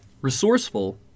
resourceful